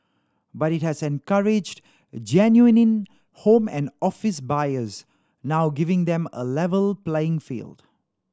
but it has encouraged genuine home and office buyers now giving them a level playing field